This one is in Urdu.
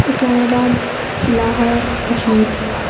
اسلام آباد لاہور کشمیر